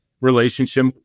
relationship